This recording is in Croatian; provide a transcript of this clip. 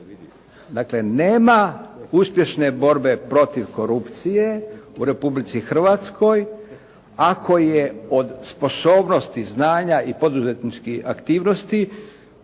Dakle nema uspješne borbe protiv korupcije u Republici Hrvatskoj ako je od sposobnosti, znanja i poduzetničkih aktivnosti